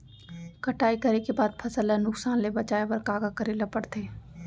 कटाई करे के बाद फसल ल नुकसान ले बचाये बर का का करे ल पड़थे?